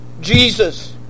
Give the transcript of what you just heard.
Jesus